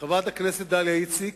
חברת הכנסת דליה איציק,